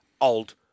old